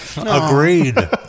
Agreed